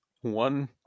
One